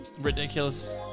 Ridiculous